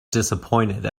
disappointed